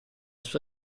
sua